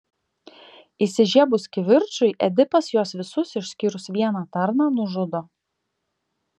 įsižiebus kivirčui edipas juos visus išskyrus vieną tarną nužudo